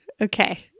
Okay